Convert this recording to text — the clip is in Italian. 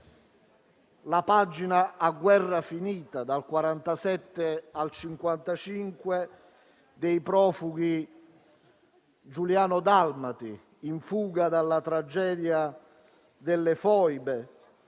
la pagina, a guerra finita, dal 1947 al 1955, dei profughi giuliano-dalmati in fuga dalla tragedia delle Foibe,